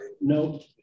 No